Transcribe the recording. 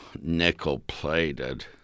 nickel-plated